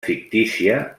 fictícia